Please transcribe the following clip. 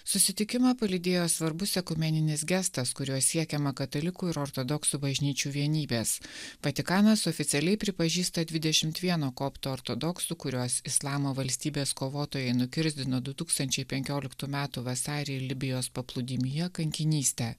susitikimą palydėjo svarbus ekumeninis gestas kuriuo siekiama katalikų ir ortodoksų bažnyčių vienybės vatikanas oficialiai pripažįsta dvidešimt vieno koptų ortodoksų kurios islamo valstybės kovotojai nukirsdino du tūkstančiai penkioliktų metų vasarį libijos paplūdimyje kankinystę